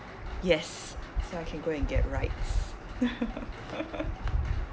yes so I can go and get rides